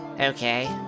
Okay